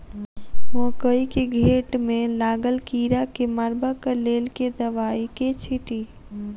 मकई केँ घेँट मे लागल कीड़ा केँ मारबाक लेल केँ दवाई केँ छीटि?